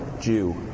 Jew